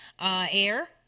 air